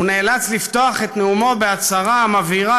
הוא נאלץ לפתוח את נאומו בהצהרה המבהירה